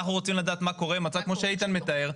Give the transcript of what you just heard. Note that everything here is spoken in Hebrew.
אנחנו רוצים לדעת מה קורה במצב כמו שאיתן מתאר,